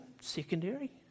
secondary